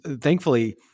thankfully